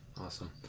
Awesome